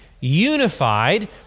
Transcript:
unified